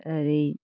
ओरै